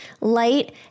light